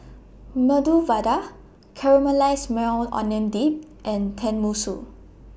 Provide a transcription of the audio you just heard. Medu Vada Caramelized Maui Onion Dip and Tenmusu